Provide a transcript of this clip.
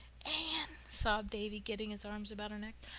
anne, sobbed davy, getting his arms about her neck.